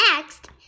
Next